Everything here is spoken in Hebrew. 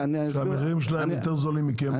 שהמחירים שלהם יותר זולים משלכם בהרבה?